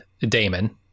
Damon